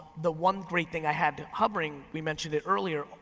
the one great thing i have hovering, we mentioned it earlier,